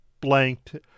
blanked